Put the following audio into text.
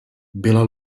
byla